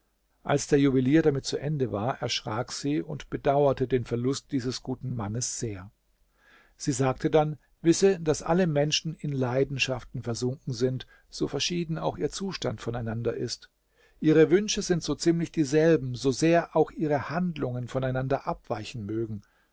als der juwelier damit zu ende war erschrak sie und bedauerte den verlust dieses guten mannes sehr sie sagte dann wisse daß alle menschen in leidenschaften versunken sind so verschieden auch ihr zustand voneinander ist ihre wünsche sind so ziemlich dieselben so sehr auch ihre handlungen voneinander abweichen mögen